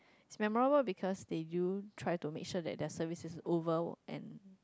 it's memorable because they do try to make sure that their service is oval and